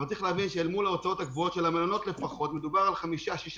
אבל צריך להבין שההוצאות הגבוהות של המלונות מדובר על 6-5